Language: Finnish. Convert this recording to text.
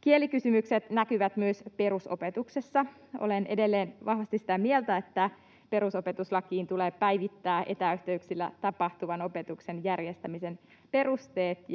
Kielikysymykset näkyvät myös perusopetuksessa. Olen edelleen vahvasti sitä mieltä, että perusopetuslakiin tulee päivittää etäyhteyksillä tapahtuvan opetuksen järjestämisen perusteet